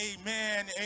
amen